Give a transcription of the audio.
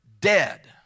dead